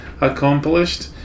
accomplished